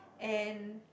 and